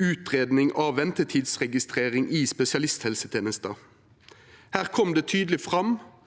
«Utredning av ventetidsregistrering i spesialisthelsetjenesten». Her kom det tydeleg fram